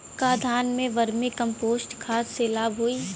का धान में वर्मी कंपोस्ट खाद से लाभ होई?